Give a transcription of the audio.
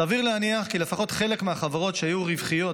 סביר להניח כי לפחות חלק מהחברות שהיו רווחיות